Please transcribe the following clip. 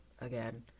again